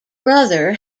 brother